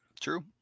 True